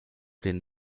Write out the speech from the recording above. den